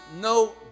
no